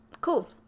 Cool